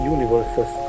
Universes